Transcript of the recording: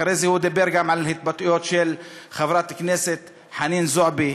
אחרי זה הוא דיבר גם על התבטאויות של חברת הכנסת חנין זועבי,